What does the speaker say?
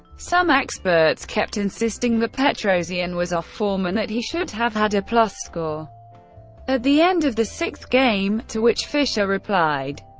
some experts kept insisting that petrosian was off form, and that he should have had a plus score at the end of the sixth game. to which fischer replied,